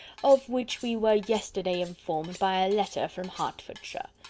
of which we were yesterday informed by a letter from hertfordshire.